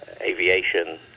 aviation